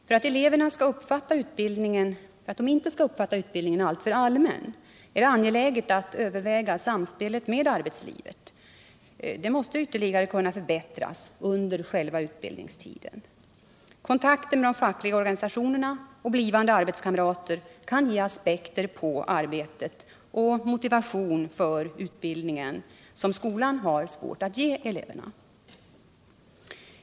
För att eleverna inte skall uppfatta utbildningen som alltför allmän är det angeläget att överväga hur samspelet med arbetslivet ytterligare kan förbättras under utbildningstiden. Kontakter med de fackliga organisationerna och blivande arbetskamrater kan 161 ge eleverna aspekter på arbetet och den motivation för utbildningen som skolan har svårt att ge.